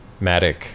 Matic